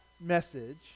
message